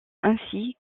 ainsi